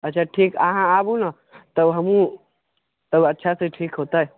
अच्छा ठीक अहाँ आबू ने तब हमहुँ अच्छा से ठीक होतै